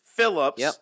Phillips